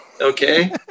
okay